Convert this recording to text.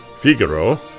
Figaro